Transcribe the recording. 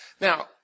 Now